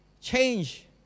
change